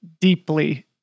deeply